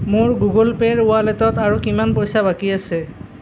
মোৰ গুগল পে'ৰ ৱালেটত আৰু কিমান পইচা বাকী আছে